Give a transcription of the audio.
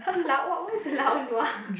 lau what what is lau nua